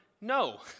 no